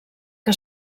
que